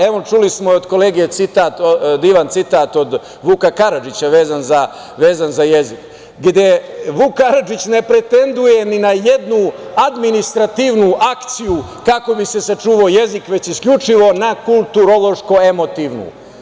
Evo, čuli smo od kolege divan citat od Vuka Karadžića vezan za jezik, gde Vuk Karadžić ne pretenduje ni na jednu administrativnu akciju kako bi se sačuvao jezik, već isključivo na kulturološko emotivnu.